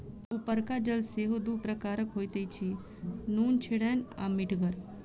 उपरका जल सेहो दू प्रकारक होइत अछि, नुनछड़ैन आ मीठगर